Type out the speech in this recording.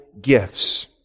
gifts